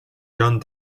john